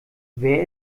wer